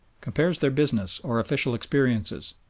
compares their business or official experiences,